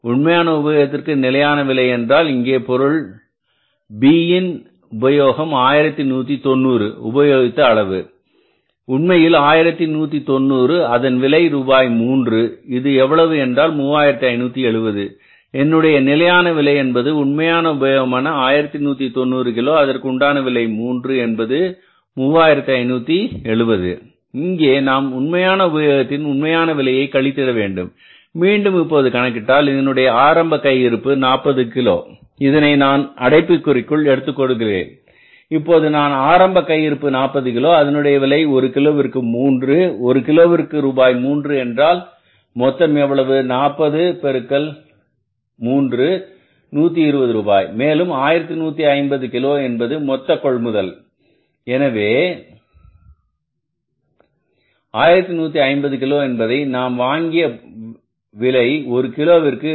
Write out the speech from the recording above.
உண்மையான உபயோகத்திற்கு நிலையான விலை என்றால் இங்கே பொருள் பின் உபயோகம் 1190 உபயோகித்த அளவு உண்மையில் 1190 அதன் விலை ரூபாய் 3 இது எவ்வளவு என்றால் 3570 என்னுடைய நிலையான விலை என்பது உண்மையான உபயோகமான 1190 கிலோ அதற்கு உண்டான விலை 3 என்பது 3570 இங்கே நாம் உண்மையான உபயோகத்தின் உண்மையான விலையை கழித்திட வேண்டும் மீண்டும் இப்போது கணக்கிட்டால் இதனுடைய ஆரம்ப கையிருப்பு 40 கிலோ இதனை நான் அடைப்புகுறிக்குள் எடுத்துக் கொள்கிறேன் இப்போது நான் ஆரம்ப கையிருப்பு 40 கிலோ அதனுடைய விலை ஒரு கிலோவிற்கு 3 ஒரு கிலோவிற்கு ரூபாய் மூன்று என்றால் மொத்தம் எவ்வளவு 40 பெருக்கல் 3 120 ரூபாய் மேலும் 1150 கிலோ என்பது மொத்த கொள்முதல் எனவே 1150 கிலோ என்பதை நாம் வாங்கிய விலை ஒரு கிலோவிற்கு 2